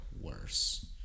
worse